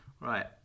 right